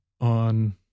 on